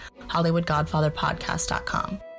hollywoodgodfatherpodcast.com